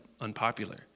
unpopular